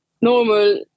normal